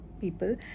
people